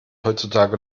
heutzutage